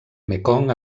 mekong